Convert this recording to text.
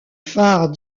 phare